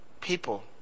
people